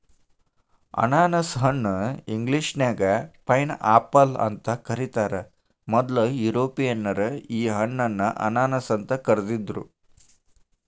ಅನಾನಸ ಹಣ್ಣ ಇಂಗ್ಲೇಷನ್ಯಾಗ ಪೈನ್ಆಪಲ್ ಅಂತ ಕರೇತಾರ, ಮೊದ್ಲ ಯುರೋಪಿಯನ್ನರ ಈ ಹಣ್ಣನ್ನ ಅನಾನಸ್ ಅಂತ ಕರಿದಿದ್ರು